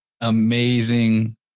amazing